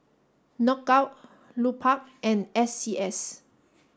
Knockout Lupark and S C S